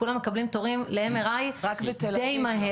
כולם מקבלים תורים ל-MRI די מהר.